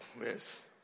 Yes